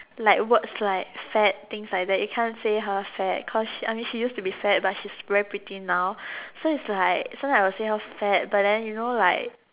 like words like fat things like that you can't say her fat cause she I mean she used to be fat but she's very pretty now so it's like sometimes I will say her fat but then you know like